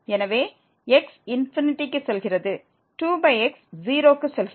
எனவே x க்கு செல்கிறது 2x 0 க்கு செல்கிறது